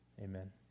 Amen